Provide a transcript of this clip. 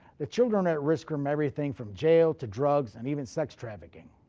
the children at risk from everything from jail to drugs and even sex trafficking.